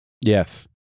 Yes